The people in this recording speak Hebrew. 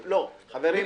לא, חברים.